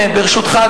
ברשותך,